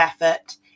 effort